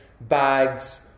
bags